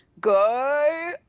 go